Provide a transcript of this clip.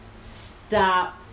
Stop